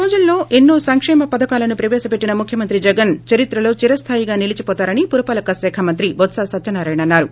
వందరోజుల్లో ఎన్నో సంకేమ పథకాలు ప్రవేశపెట్టిన ముఖ్యమంత్రి జగన్ చరిత్రలో చిరస్థాయిగా నిల్చిపోతారని పురపాలక శాఖా మంత్రి బొత్స సత్యనారాయణ అన్నారు